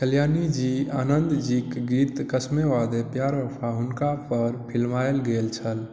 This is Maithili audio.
कल्याणजी आनंदजीक गीत कसमें वादे प्यार वफा हुनका पर फिल्मायल गेल छल